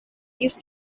used